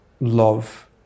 love